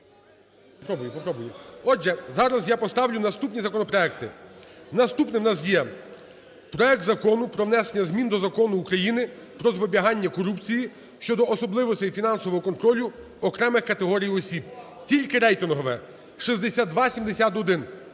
голосування. Отже, зараз я поставлю наступні законопроекти. Наступним у нас є проект Закону про внесення змін до Закону України "Про запобігання корупції" щодо особливостей і фінансового контролю окремих категорій осіб. Тільки рейтингове – 6271.